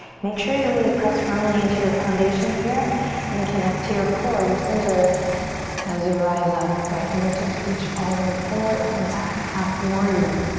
make sure you really press firmly into your foundation here and connect to your core, your center as you rise up. right fingertips reach all the way forward, up and back. half warrior.